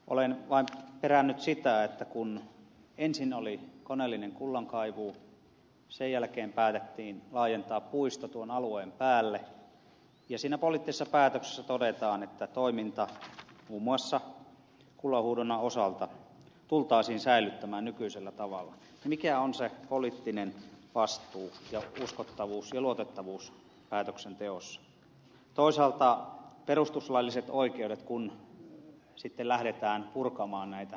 olen vain perännyt sitä että kun ensin oli koneellinen kullankaivu sen jälkeen päätettiin laajentaa puisto tuon alueen päälle ja siinä poliittisessa päätöksessä todetaan että toiminta muun muassa kullanhuuhdonnan osalta tultaisiin säilyttämään nykyisellä tavalla niin mikä on se poliittinen vastuu ja uskottavuus ja luotettavuus päätöksenteossa toisaalta perustuslailliset oikeudet kun sitten lähdetään purkamaan näitä vanhoja päätöksiä